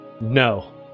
no